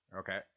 okay